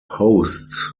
hosts